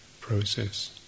process